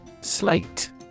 Slate